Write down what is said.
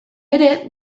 ere